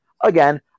again